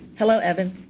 hello evan.